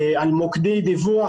על מוקדי דיווח,